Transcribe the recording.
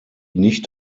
nicht